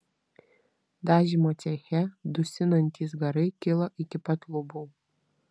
dažymo ceche dusinantys garai kilo iki pat lubų